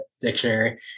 dictionary